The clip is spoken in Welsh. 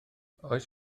oes